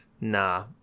nah